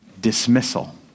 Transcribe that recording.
dismissal